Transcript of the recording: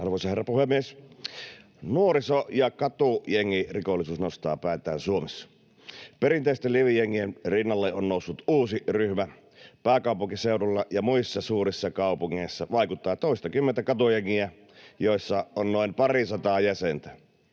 Arvoisa herra puhemies! Nuoriso- ja katujengirikollisuus nostaa päätään Suomessa. Perinteisten liivijengien rinnalle on noussut uusi ryhmä: pääkaupunkiseudulla ja muissa suurissa kaupungeissa vaikuttaa toistakymmentä katujengiä, joissa on noin parisataa jäsentä.